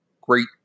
great